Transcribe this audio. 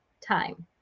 time